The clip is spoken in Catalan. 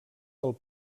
del